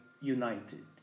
united